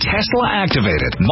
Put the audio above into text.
Tesla-activated